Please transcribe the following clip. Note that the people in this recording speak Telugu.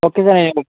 ఓకే సార్ నేను